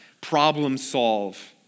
problem-solve